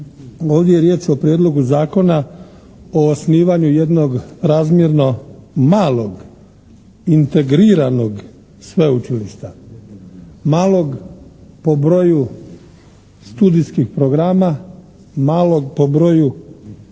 ovdje je riječ o Prijedlogu zakona o osnivanju jednog razmjerno malog integriranog sveučilišta. Malog po broju studijskih programa, malog po broju